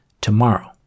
Tomorrow